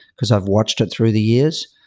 because i've watched it through the years.